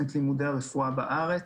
את לימודי הרפואה בארץ.